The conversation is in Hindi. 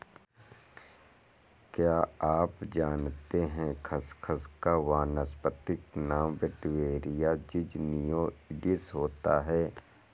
क्या आप जानते है खसखस का वानस्पतिक नाम वेटिवेरिया ज़िज़नियोइडिस होता है?